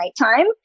nighttime